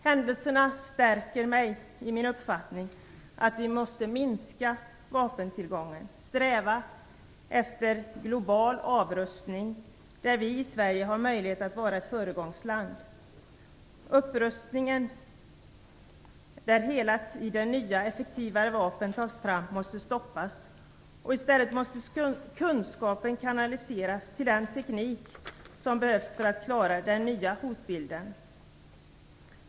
Händelserna stärker mig i min uppfattning att vi måste minska vapentillgången och sträva efter global avrustning. Här har vi i Sverige möjlighet att vara ett föregångsland. Upprustningen, där hela tiden nya effektivare vapen tas fram, måste stoppas. I stället måste kunskapen kanaliseras till den teknik som behövs för att klara den nya hotbilden.